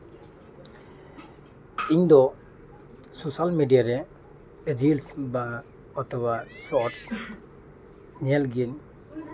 ᱤᱧ ᱫᱚ social media ᱨᱮ ᱨᱤᱞᱥ ᱵᱟ ᱚᱛᱷᱚᱵᱟ ᱥᱚᱨᱴᱥ ᱧᱮᱞ ᱜᱤᱭᱟᱹᱧ